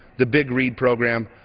the big read program,